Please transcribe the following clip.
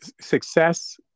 Success